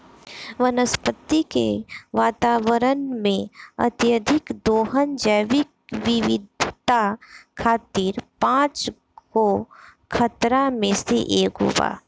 वनस्पति के वातावरण में, अत्यधिक दोहन जैविक विविधता खातिर पांच गो खतरा में से एगो बा